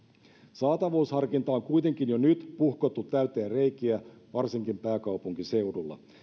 saatavuusharkinta on kuitenkin jo nyt puhkottu täyteen reikiä varsinkin pääkaupunkiseudulla